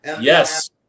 Yes